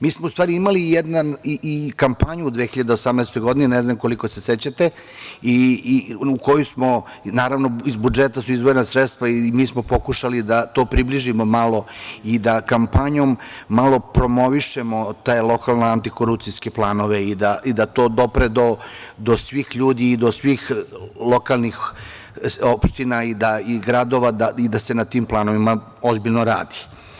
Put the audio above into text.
Mi smo u stvari imali i kampanju u 2018. godini, ne znam koliko se sećate, i koju smo, naravno iz budžeta su izdvojena sredstva, i mi smo pokušali da to približimo malo i da kampanjom malo promovišemo te lokalne antikorupcijske planove i da to dopre do svih ljudi i do svih lokalnih opština i gradova i da se na tim planovima ozbiljno radi.